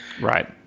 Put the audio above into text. Right